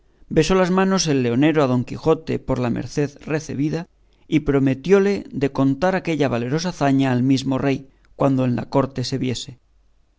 besó las manos el leonero a don quijote por la merced recebida y prometióle de contar aquella valerosa hazaña al mismo rey cuando en la corte se viese